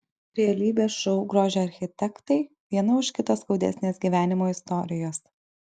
realybės šou grožio architektai viena už kitą skaudesnės gyvenimo istorijos